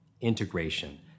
integration